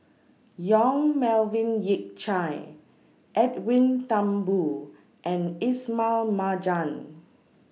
Yong Melvin Yik Chye Edwin Thumboo and Ismail Marjan